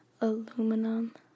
aluminum